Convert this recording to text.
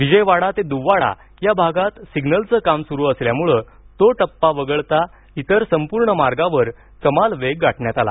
विजयवाडा ते दुव्वाडा या भागात सिग्नलचं काम सुरू असल्यामुळं तो टप्पा वगळता इतर संपूर्ण मार्गावर कमाल वेग गाठण्यात आला